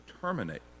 terminate